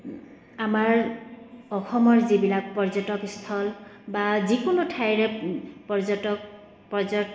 আমাৰ অসমৰ যিবিলাক পৰ্যটকস্থল বা যিকোনো ঠাইৰে পৰ্যটক পৰ্যট